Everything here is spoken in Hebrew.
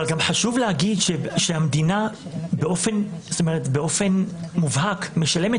חשוב להגיד שהמדינה באופן מובהק משלמת